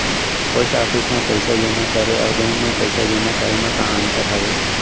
post office मा पइसा जेमा करे अऊ बैंक मा पइसा जेमा करे मा का अंतर हावे